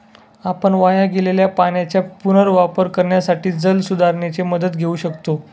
आपण वाया गेलेल्या पाण्याचा पुनर्वापर करण्यासाठी जलसुधारणेची मदत घेऊ शकतो